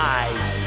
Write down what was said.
eyes